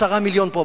10 מיליון פה,